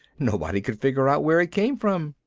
nobody could figure out where it came from.